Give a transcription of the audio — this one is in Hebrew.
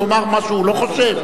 שהוא יאמר מה שהוא לא חושב?